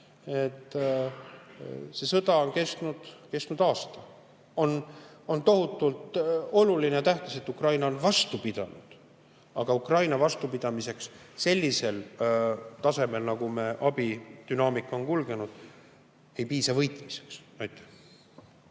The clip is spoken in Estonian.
See sõda on kestnud aasta. On tohutult oluline ja tähtis, et Ukraina on vastu pidanud. Aga Ukraina vastupidamisest sellisel tasemel, nagu meie abi dünaamika on kulgenud, ei piisa võitmiseks.